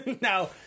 Now